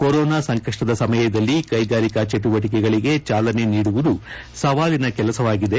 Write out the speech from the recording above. corona ಸಂಕಷ್ಟದ ಸಮಯದಲ್ಲಿ ಕೈಗಾರಿಕಾ ಚಟುವಟಿಕೆಗಳಿಗೆ ಚಾಲನೆ ನೀಡುವುದು ಸವಾಲಿನ ಕೆಲಸವಾಗಿದೆ